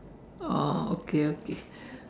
oh okay okay